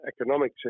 economic